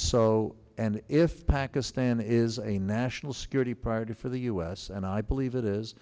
so and if pakistan is a national security priority for the u s and i believe it is